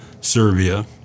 Serbia